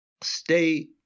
Stay